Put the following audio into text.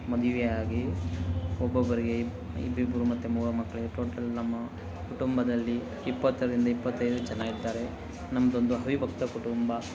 ಮದುವೆಯಾಗಿ ಒಬ್ಬೊಬ್ಬರಿಗೆ ಇಬ್ ಇಬ್ಬಿಬ್ಬರು ಮತ್ತು ಮೂವರು ಮಕ್ಕಳು ಟೋಟಲ್ ನಮ್ಮ ಕುಟುಂಬದಲ್ಲಿ ಇಪ್ಪತ್ತರಿಂದ ಇಪ್ಪತ್ತೈದು ಜನ ಇದ್ದಾರೆ ನಮ್ಮದೊಂದು ಅವಿಭಕ್ತ ಕುಟುಂಬ